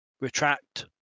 retract